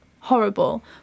Horrible